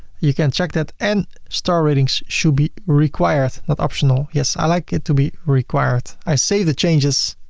you can check that and star ratings should be required, not optional. yes. i like it to be required. i save the changes